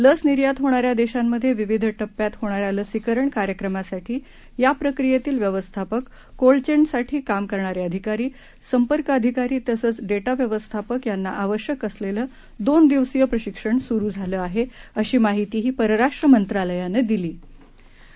लसनिर्यातहोणाऱ्यादेशांमध्ये विविधटप्प्यात होणा यालसीकरणकार्यक्रमासाठीयाप्रक्रियेतीलव्यवस्थापक कोल्डचैनसाठीकामकरणारेअधिकारी संपर्कअधिकारीतसेच डेटाव्यवस्थापकयांनाआवश्यकअसलेलंदोनदिवसीय प्रशिक्षणसुरुझालंआहेअशीमाहितीहीपरराष्ट्रमंत्रालयानं दिलीआहे